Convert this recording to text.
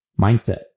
Mindset